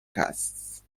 costs